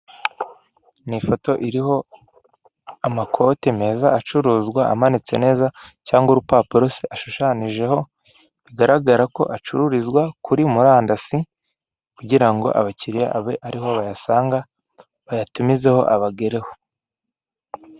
Iri ni isoko ricururizwamo imbuto zitandukanye; imyembe, amatunda, indimu, amacunga, amapapayi ariko hari kugaragaramo umuntu umwe.